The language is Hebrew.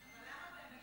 אז למה,